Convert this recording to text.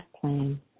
plan